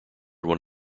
one